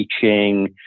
teaching